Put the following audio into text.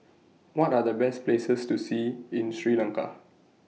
What Are The Best Places to See in Sri Lanka